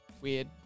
weird